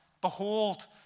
Behold